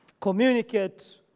Communicate